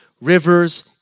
rivers